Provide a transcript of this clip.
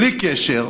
בלי קשר,